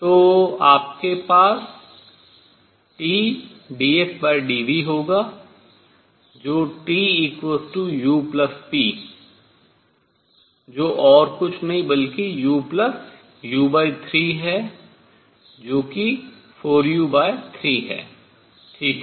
तो आपके पास TdSdV होगा TUP जो और कुछ नहीं बल्कि UU3 है जो कि 4U3 है ठीक है